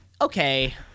Okay